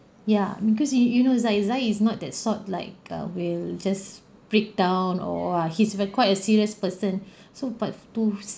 ya because you you know zai zai is not that sort like err will just breakdown or he's a quite a serious person so but to